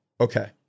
Okay